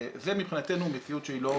זה מבחינתנו מציאות שהיא לא מתקבלת על הדעת.